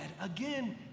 again